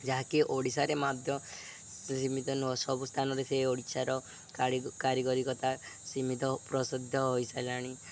ଯାହାକି ଓଡ଼ିଶାରେ ମାଧ୍ୟ ସୀମିତ ନୁହଁ ସବୁ ସ୍ଥାନରେ ସେ ଓଡ଼ିଶାର କାରିଗରିକତା ସୀମିତ ପ୍ରସିଦ୍ଧ ହୋଇସାରିଲାଣି